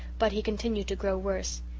but he continued to grow worse.